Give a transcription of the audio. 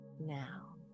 now